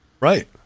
Right